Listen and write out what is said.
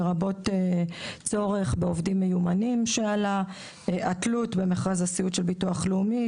לרבות צורך בעובדים מיומנים; התלות במכרז הסיעוד של הביטוח הלאומי,